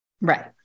Right